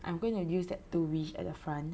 I'm going to use that two wish at the front